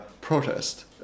protest